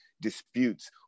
disputes